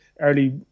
early